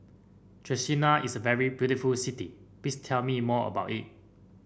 Chisinau is a very beautiful city please tell me more about it